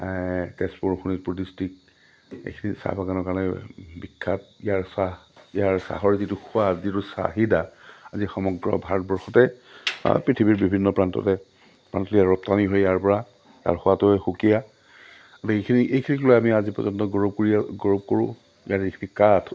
Tezpur Sonitpur district এইখিনি চাহ বাগানৰ কাৰণে বিখ্যাত ইয়াৰ চাহ ইয়াৰ চাহৰ যিটো সোৱাদ যিটো চাহিদা আজি সমগ্ৰ ভাৰতবৰ্ষতে পৃথিৱীৰ বিভিন্ন প্ৰান্ততে ৰপ্তানি হৈ ইয়াৰপৰা ইয়াৰ সোৱাদটোৱে সুকীয়া এইখিনি এইখিনিক লৈয়ে আমি আজি পৰ্যন্ত গৌৰৱ কৰি গৌৰৱ কৰোঁ এইখিনি কাঠ